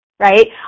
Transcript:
right